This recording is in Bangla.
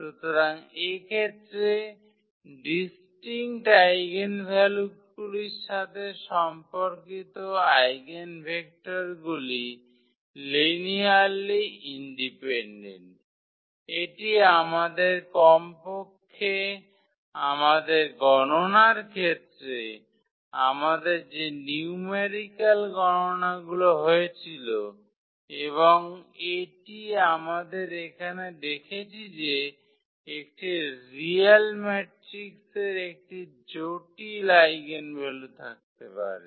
সুতরাং এক্ষেত্রে ডিস্টিঙ্কট আইগেনভ্যালুগুলির সাথে সম্পর্কিত আইগেনভেক্টরগুলি লিনিয়ারলি ইন্ডিপেনডেন্ট এটি আমরা কমপক্ষে আমাদের গণনার ক্ষেত্রে আমাদের যে নিউম্যারিক্যাল গণনাগুলি হয়েছিল এবং এটি আমরা এখানে দেখেছি যে একটি রিয়েল ম্যাট্রিক্সের একটি জটিল আইগেনভ্যালু থাকতে পারে